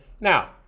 Now